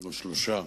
או שלושה